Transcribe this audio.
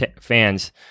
fans